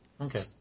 okay